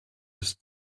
his